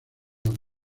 las